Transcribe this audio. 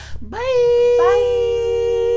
Bye